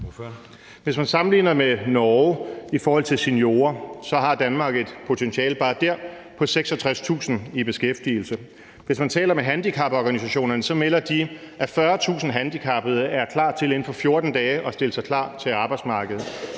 Hvis man sammenligner med Norge i forhold til seniorer, har Danmark bare der et potentiale på 66.000 i beskæftigelse, hvis man taler med handicaporganisationerne, melder de, at 40.000 handicappede inden for 14 dage kan stille sig klar til arbejdsmarkedet.